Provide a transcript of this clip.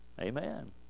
amen